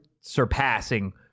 surpassing